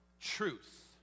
truth